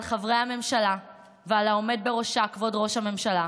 על חברי הממשלה ועל העומד בראשה, כבוד ראש הממשלה,